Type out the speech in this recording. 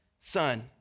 son